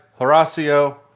Horacio